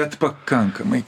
bet pakankamai